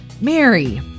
Mary